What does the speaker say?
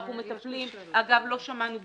אגב, לא שמענו.